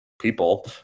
people